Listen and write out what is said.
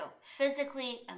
physically